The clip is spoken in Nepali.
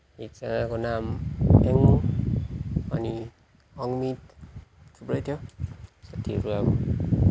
एकजनाको नाम अङ्मित अनि अङ्मित थुप्रै थियो साथीहरू अब